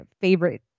favorite